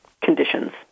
conditions